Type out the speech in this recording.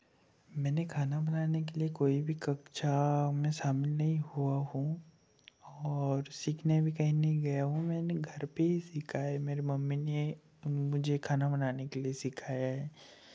मैंने खाना बनाने के लिए कोई भी कक्षा में शामिल नहीं हुआ हूँ और सीखने भी कहीं नहीं गया हूँ मैंने घर पे ही सीखा है मेरी मम्मी ने मुझे खाना बनाने के लिए सिखाया है